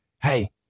hey